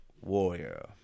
Warrior